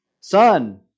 son